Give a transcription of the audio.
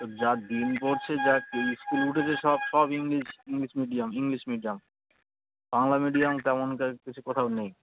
যা দিন পড়ছে যা স্কুল উঠেছে সব সব English English medium English medium Bangla medium তেমন তা কিছু কোথাও নেই